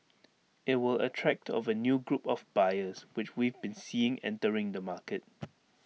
IT will attract of A new group of buyers which we've been seeing entering the market